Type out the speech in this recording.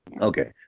Okay